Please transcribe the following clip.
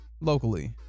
locally